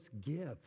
gifts